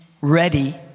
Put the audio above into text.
ready